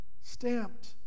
stamped